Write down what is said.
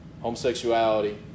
Homosexuality